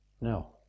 No